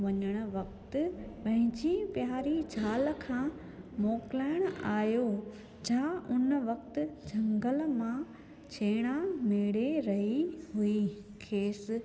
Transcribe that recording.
वञणु वक़्तु पंहिंजी प्यारी ज़ाल खां मोकिलाइण आयो जा उन वक़्तु झंगल मां छेणा मेड़े रई हुई खेसि